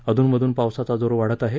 अधूनमधून पावसाचा जोर वाढत आहे